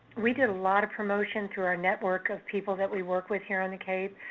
we did a lot of promotion through our network of people that we work with here on the cape,